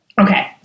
okay